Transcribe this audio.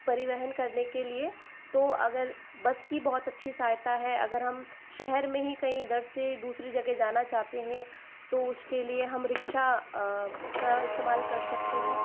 परिवहन करने के लिए तो अगर बस की बहुत अच्छी सहायता है अगर हम शहर में ही कहीं इधर से दूसरी जगह जाना चाहते हैं तो उस के लिए हम रिक्शा का इस्तेमाल कर सकते हैं